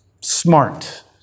smart